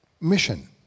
mission